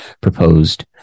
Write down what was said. proposed